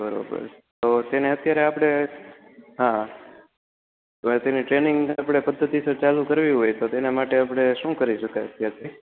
બરોબર તો તેને અત્યારે આપણે હા ટ્રેનિંગ ફક્ત અત્યારે આપણે ચાલુ કરવી હોય તો તેના માટે આપણે શું કરી શકાય